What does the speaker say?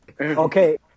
Okay